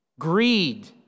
Greed